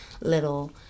little